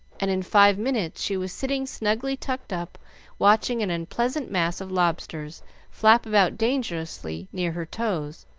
and in five minutes she was sitting snugly tucked up watching an unpleasant mass of lobsters flap about dangerously near her toes,